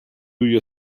your